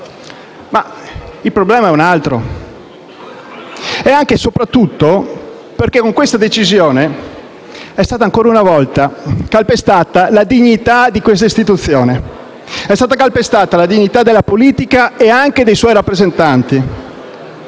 Il problema è anche, e soprattutto, che con siffatta decisione è stata ancora una volta calpestata la dignità di questa istituzione. È stata calpestata la dignità della politica e anche dei suoi rappresentanti.